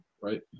Right